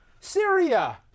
Syria